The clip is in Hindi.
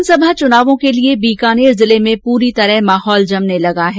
विधानसभा चुनावों के लिए बीकानेर जिले में पूरी तरह माहौल जमने लगा है